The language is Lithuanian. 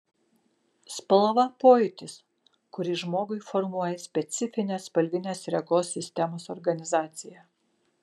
spalva pojūtis kurį žmogui formuoja specifinė spalvinės regos sistemos organizacija